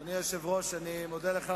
אדוני היושב-ראש, אני מודה לך.